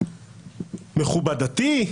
"מכובדתי",